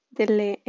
delle